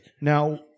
Now